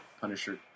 punisher